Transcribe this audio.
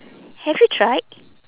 have you tried